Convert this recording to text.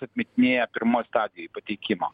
atmetinėja pirmoj stadijoj pateikimo